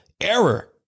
error